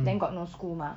then got no school mah